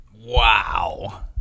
wow